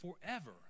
forever